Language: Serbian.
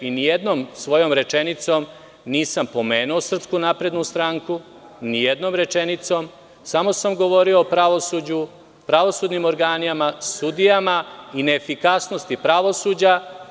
Nijednom svojom rečenicom nisam pomenuo SNS, nijednom rečenicom, samo sam govorio o pravosuđu, pravosudnim organima, sudijama i neefikasnosti pravosuđa.